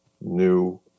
new